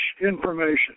information